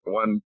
one